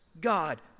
God